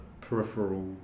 peripheral